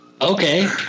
Okay